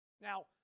Now